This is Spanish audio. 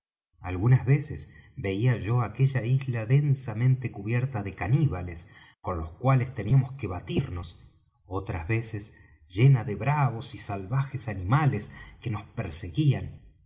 algunas veces veía yo aquella isla densamente cubierta de caníbales con los cuales teníamos que batirnos otras veces llena de bravos y salvajes animales que nos perseguían